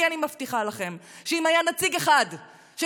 כי אני מבטיחה לכם שאם היה נציג אחד של